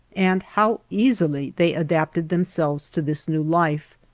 and how easily they adapted themselves to this new life.